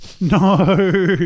No